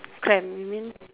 cramped you mean